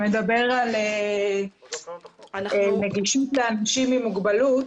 שמדבר על נגישות לאנשים עם מוגבלות.